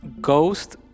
Ghost